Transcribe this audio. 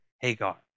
Hagar